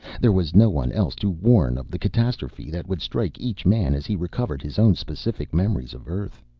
there was no one else to warn of the catastrophe that would strike each man as he recovered his own specific memories of earth.